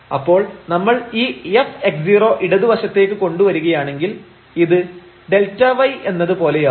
അപ്പോൾ നമ്മൾ ഈ f ഇടതു വശത്തേക്ക് കൊണ്ടു വരികയാണെങ്കിൽ ഇത് Δy എന്നത് പോലെയാവും